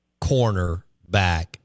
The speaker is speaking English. cornerback